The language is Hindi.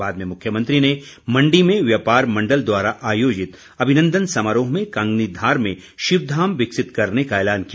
बाद में मुख्यमंत्री ने मण्डी में व्यापार मण्डल द्वारा आयोजित अभिनन्दन समारोह में कांगनी धार में शिवधाम विकसित करने का ऐलान किया